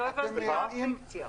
לא הבנתי מה הפיקציה.